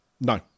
No